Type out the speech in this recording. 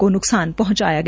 को न्कसान पहंचाया गया